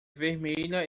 vermelha